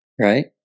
right